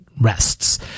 rests